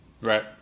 Right